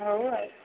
ହଉ ଆଉ